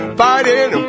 fighting